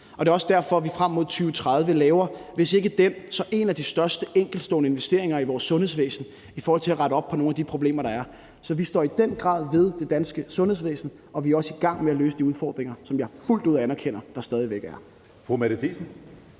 Det er også derfor, vi frem mod 2030 laver hvis ikke den, så en af de største enkeltstående investeringer i vores sundhedsvæsen for at rette op på nogle af de problemer, der er. Så vi står i den grad ved det danske sundhedsvæsen, og vi er også i gang med at løse de udfordringer, som jeg fuldt ud anerkender at der stadig væk er.